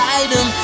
item